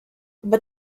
but